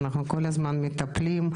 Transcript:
אנחנו כל הזמן מטפלים,